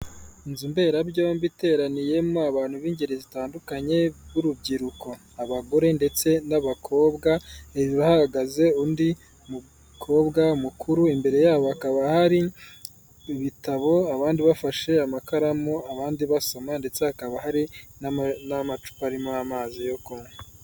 Inzu mberabyombi iteraniyemo abantu b'ingeri zitandukanye b'urubyiruko, abagore ndetse n'abakobwa ntibahagaze undi mukobwa mukuru, imbere yabo hakaba hari ibitabo abandi bafashe amakaramu abandi basoma ndetse hakaba hari n'amacupa aririmo amazi yo kunywa.